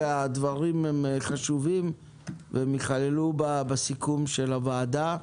הדברים חשובים והם ייכללו בסיכום של הוועדה.